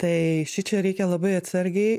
tai šičia reikia labai atsargiai